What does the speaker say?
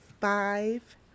five